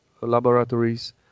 laboratories